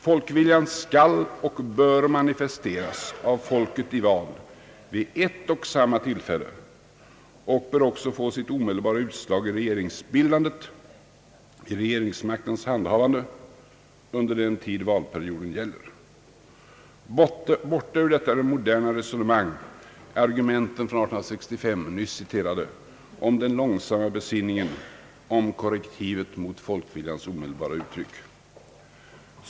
Folkviljan skall och bör manifesteras av folket i val vid ett och samma tillfälle och bör också få sitt omedelbara utslag i regeringsbildandet, i regeringsmaktens handhavande under den tid valperioden omfattar. Borta ur detta moderna resonemang är argumenten från 1865, nyss citerade, om den långsamma besinningen, för korrektivet mot folkviljans omedelbara uttryck.